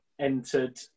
entered